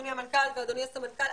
אדוני המנכ"ל ואדוני הסמנכ"ל,